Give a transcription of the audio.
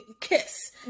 kiss